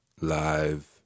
live